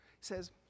says